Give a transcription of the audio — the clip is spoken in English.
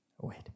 Wait